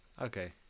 Okay